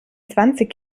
zwanzig